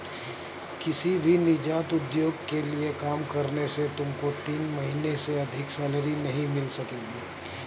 किसी भी नीजात उद्योग के लिए काम करने से तुमको तीन महीने से अधिक सैलरी नहीं मिल सकेगी